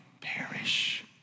perish